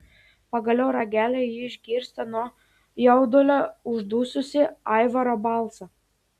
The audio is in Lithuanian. pagaliau ragelyje ji išgirsta nuo jaudulio uždususį aivaro balsą